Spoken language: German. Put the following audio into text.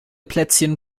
plätzchen